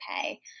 pay